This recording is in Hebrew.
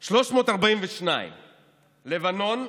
342. לבנון,